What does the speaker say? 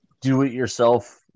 do-it-yourself